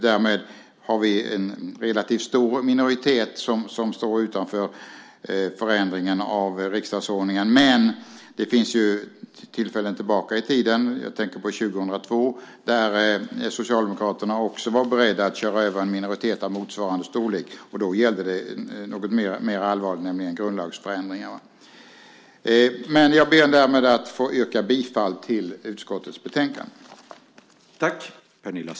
Därmed har vi en relativt stor minoritet som står utanför förändringen av riksdagsordningen. Men det finns ju tillfällen bakåt i tiden, jag tänker på år 2002, då även Socialdemokraterna var beredda att köra över en minoritet av motsvarande storlek. Då gällde det något mer allvarligt, nämligen grundlagsförändringarna. Jag ber därmed att få yrka bifall till utskottets förslag.